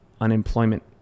unemployment